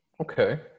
Okay